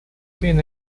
been